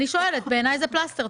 בעיני זה פלסטר,